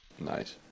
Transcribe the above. Nice